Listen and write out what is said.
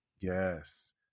Yes